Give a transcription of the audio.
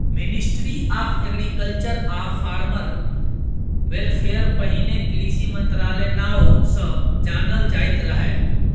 ministry of agriculture आ farmer welfare पहिने कृषि मंत्रालय नाओ सँ जानल जाइत रहय